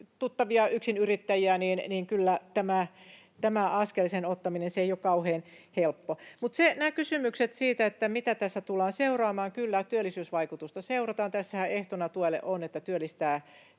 tuttavia, yksinyrittäjiä, ja ei tämän askelen ottaminen kauhean helppoa ole. Oli kysymyksiä siitä, mitä tässä tullaan seuraamaan. Kyllä, työllisyysvaikutusta seurataan. Tässähän ehtona tuelle on, että työllistää